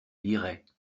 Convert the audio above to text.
liraient